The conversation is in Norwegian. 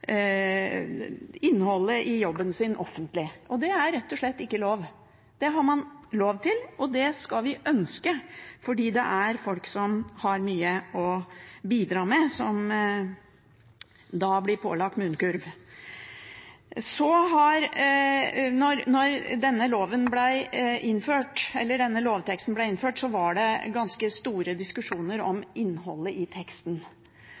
innholdet i jobben sin offentlig. Og det er rett og slett ikke lov. Det har man lov til, og det skal vi ønske, fordi det er folk som har mye å bidra med, som da blir pålagt munnkurv. Da denne lovteksten ble vedtatt, var det ganske store diskusjoner om innholdet i teksten.